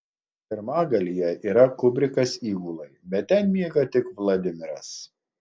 pirmagalyje yra kubrikas įgulai bet ten miega tik vladimiras